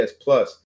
Plus